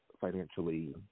financially